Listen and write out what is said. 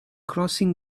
crossing